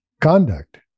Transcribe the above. conduct